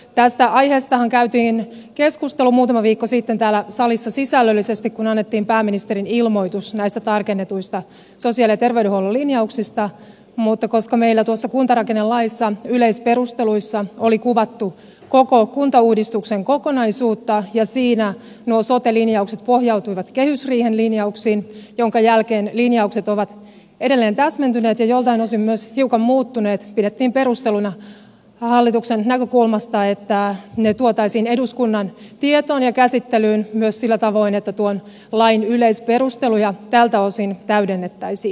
tästä aiheestahan käytiin keskustelu muutama viikko sitten täällä salissa sisällöllisesti kun annettiin pääministerin ilmoitus näistä tarkennetuista sosiaali ja terveydenhuollon linjauksista mutta koska meillä tuossa kuntarakennelaissa yleisperusteluissa oli kuvattu koko kuntauudistuksen kokonaisuutta ja siinä nuo sote linjaukset pohjautuivat kehysriihen linjauksiin minkä jälkeen linjaukset ovat edelleen täsmentyneet ja joiltain osin myös hiukan muuttuneet pidettiin perusteltuna hallituksen näkökulmasta että ne tuotaisiin eduskunnan tietoon ja käsittelyyn myös sillä tavoin että tuon lain yleisperusteluja tältä osin täydennettäisiin